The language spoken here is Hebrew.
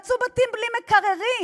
מצאו בתים בלי מקררים,